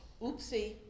oopsie